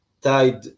tied